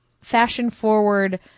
fashion-forward